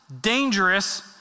dangerous